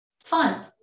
fun